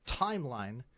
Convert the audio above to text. timeline